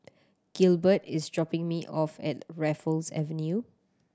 Gilbert is dropping me off at Raffles Avenue